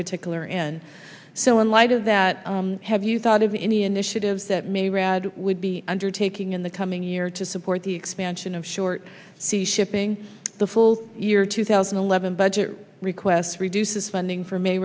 particular end so in light of that have you thought of any initiatives that may red would be undertaking in the coming year to support the expansion of short sea shipping it's the full year two thousand and eleven budget request reduces funding f